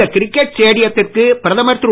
இந்த கிரிக்கெட் ஸ்டேடியத்திற்கு பிரதமர் திரு